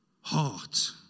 heart